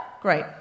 Great